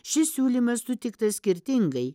šis siūlymas sutiktas skirtingai